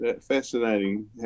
fascinating